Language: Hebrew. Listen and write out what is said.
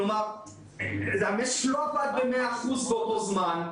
כלומר המשק לא עבד במאה אחוז באותו זמן.